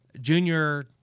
Junior